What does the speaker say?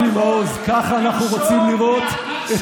ככה אנחנו רוצים לראות,